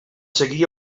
seguia